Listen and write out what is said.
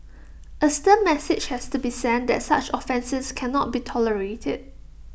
A stern message has to be sent that such offences cannot be tolerated